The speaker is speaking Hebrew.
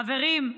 חברים,